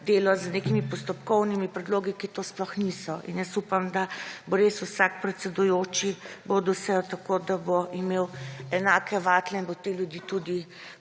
delo z nekimi postopkovnimi predlogi, ki to sploh niso. Upam, da bo res vsak predsedujoči vodil sejo tako, da bo imel enake vatle in bo te ljudi tudi